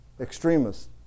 extremists